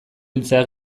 hiltzea